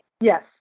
Yes